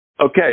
Okay